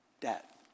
debt